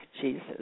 Jesus